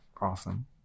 awesome